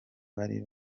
bari